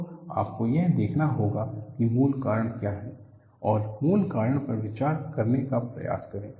तो आपको यह देखना होगा कि मूल कारण क्या है और मूल कारण पर विचार करने का प्रयास करें